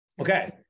Okay